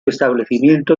establecimiento